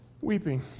weeping